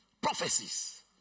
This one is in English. prophecies